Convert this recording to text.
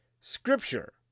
scripture